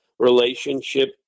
relationship